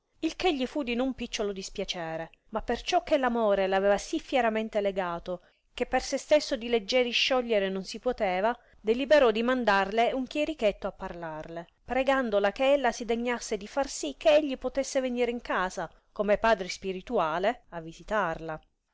il che gli fu di non picciolo dispiacere ma perciò che l amore l aveva sì fieramente legato che per se stesso di leggieri sciogliere non si puoteva deliberò di mandarle un chierichetto a parlarle pregandola che ella si degnasse di far sì che egli potesse venire in casa come padre spirituale a visitarla